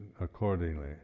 accordingly